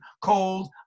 cold